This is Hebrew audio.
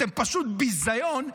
אתם פשוט ביזיון,